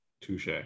Touche